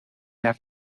las